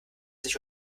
sich